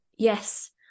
Yes